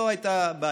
לא הייתה בעיה.